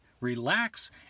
relax